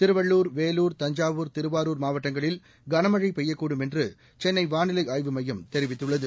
திருவள்ளூர் வேலூர் தஞ்சாவூர் திருவாரூர் மாவட்டங்களில் கனமழை பெய்யக்கூடும் என்று சென்னை வானிலை ஆய்வு மையம் அறிவித்துள்ளது